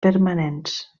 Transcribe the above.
permanents